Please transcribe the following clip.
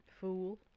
Fool